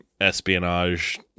espionage